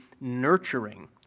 nurturing